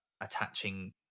attaching